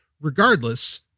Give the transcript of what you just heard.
regardless